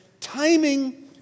timing